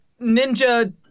Ninja